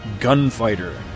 Gunfighter